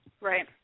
Right